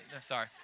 sorry